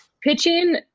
pitching